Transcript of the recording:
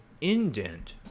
indent